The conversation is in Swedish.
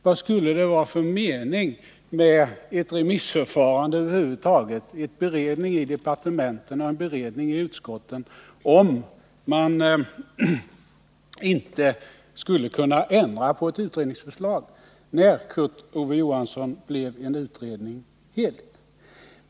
Vad skulle det över huvud taget vara för mening med ett remissförfarande, beredning i departementen och beredning i utskotten, om man inte skulle kunna ändra på ett utredningsförslag?